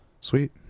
sweet